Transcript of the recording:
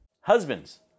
Husbands